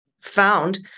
found